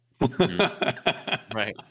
Right